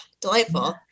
Delightful